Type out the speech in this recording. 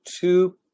two